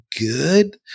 good